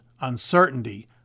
uncertainty